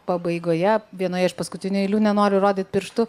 pabaigoje vienoje iš paskutinių eilių nenoriu rodyt pirštu